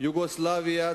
יוגוסלביה,